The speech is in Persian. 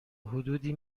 حدودی